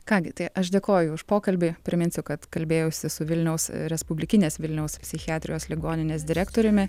ką gi tai aš dėkoju už pokalbį priminsiu kad kalbėjausi su vilniaus respublikinės vilniaus psichiatrijos ligoninės direktoriumi